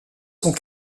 sont